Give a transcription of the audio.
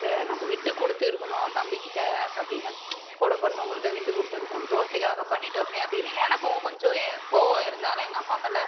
சே நம்ம விட்டுக்கொடுத்து இருக்கணும் தம்பி கிட்ட அப்படினு கூடப் பிறந்தவங்கள் விட்டுக்கொடுத்துருக்குனும் தோசைக்காக பண்ணிகிட்டோமே அப்படினு எனக்கும் கொஞ்ச கோபம் இருந்தாலும் எங்கள் அம்மா மேலே